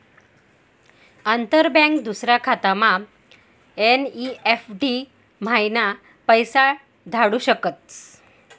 अंतर बँक दूसरा खातामा एन.ई.एफ.टी म्हाईन पैसा धाडू शकस